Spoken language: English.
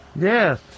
Yes